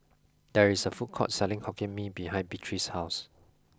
there is a food court selling hokkien mee behind Beatrice's house